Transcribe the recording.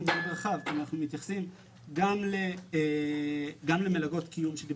אנחנו מתייחסים גם למלגות קיום עליהן